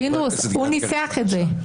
פינדרוס, הוא ניסח את זה.